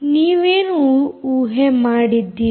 ನೀವೇನು ಊಹೆ ಮಾಡಿದ್ದೀರಿ